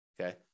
Okay